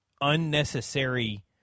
unnecessary